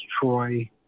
Troy